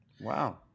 Wow